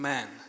Man